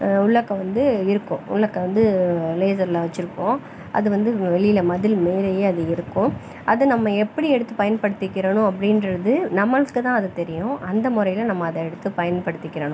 உள்ளக்க வந்து இருக்கும் உள்ளக்க வந்து லேசரில் வச்சுருப்போம் அது வந்து வெளியில் மதில் மேலேயே அது இருக்கும் அது நம்ம எப்படி எடுத்து பயன்படுத்திக்கிடணும் அப்படின்றது நம்மளுக்கு தான் அது தெரியும் அந்த முறையில நம்ம அதை எடுத்து பயன்படுத்திக்கிடணும்